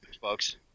folks